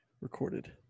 Recorded